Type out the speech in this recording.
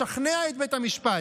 לשכנע את בית משפט,